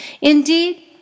Indeed